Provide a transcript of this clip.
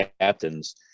captains